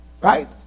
right